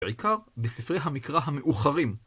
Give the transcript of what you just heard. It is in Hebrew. בעיקר בספרי המקרא המאוחרים.